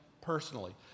personally